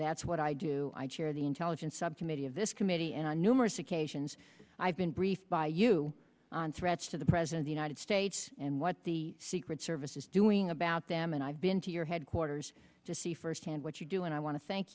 that's what i do i chair the intelligence subcommittee of this committee and on numerous occasions i've been briefed by you on threats to the president the united states and what the secret service is doing about them and i've been to your headquarters to see firsthand what you do and i want to thank